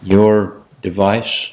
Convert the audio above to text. your device